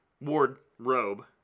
wardrobe